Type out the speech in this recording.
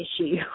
issue